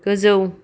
गोजौ